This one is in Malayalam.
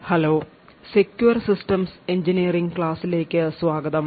ഹലോ സെക്യൂർ സിസ്റ്റംസ് എഞ്ചിനീയറിംഗ് ക്ലാസിലേക്ക് സ്വാഗതം